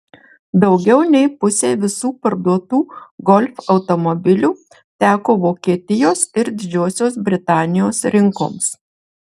daugiau nei pusė visų parduotų golf automobilių teko vokietijos ir didžiosios britanijos rinkoms